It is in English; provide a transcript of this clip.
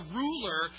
ruler